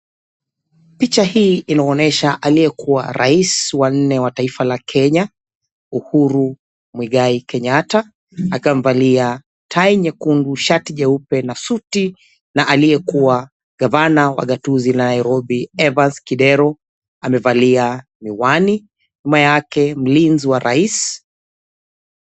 Picha hii inaonyesha aliyekuwa rais wa nne wa taifa la Kenya Uhuru Muigai Kenyatta akiwa amevalia tai nyekundu, shati jeupe na suti na aliyekuwa gavana wa gatuzi la Nairobi Evans Kidero amevalia miwani. Nyuma yake mlinzi wa rais.